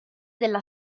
della